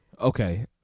Okay